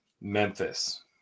Memphis